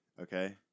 okay